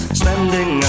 spending